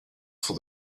for